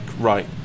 right